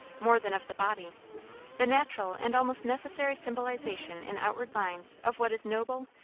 more than of the body the natural and almost necessary symbolization in outward lines of what is noble,